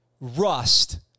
rust